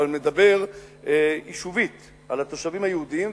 אבל מדבר יישובית על התושבים היהודים,